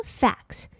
facts